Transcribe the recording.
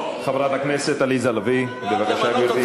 חברת הכנסת עליזה לביא, בבקשה, גברתי.